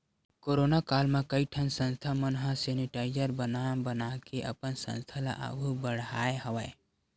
corona काल म कइ ठन संस्था मन ह सेनिटाइजर बना बनाके अपन संस्था ल आघु बड़हाय हवय